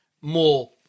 more